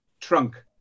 trunk